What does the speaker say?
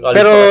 Pero